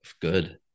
good